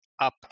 up